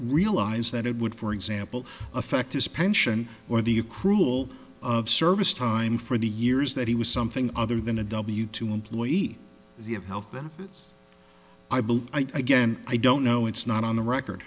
realize that it would for example affect his pension or the you cruel of service time for the years that he was something other than a w two employee you have health benefits i built i again i don't know it's not on the record